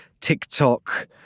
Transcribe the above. TikTok